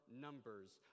numbers